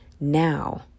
Now